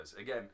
Again